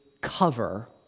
cover